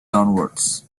downwards